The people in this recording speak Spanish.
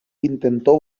intentó